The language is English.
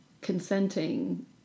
consenting